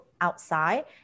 outside